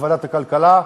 בוועדת הכלכלה,